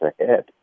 ahead